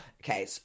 Okay